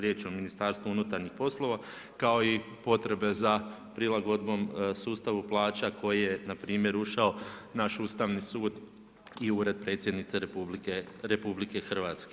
Riječ je o Ministarstvu unutarnjih poslova, kao i potrebe za prilagodbom sustava plaća koji je npr. ušao u naš Ustavni sud i Ured predsjednice RH.